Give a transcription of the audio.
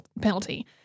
penalty